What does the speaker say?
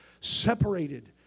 separated